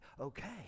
okay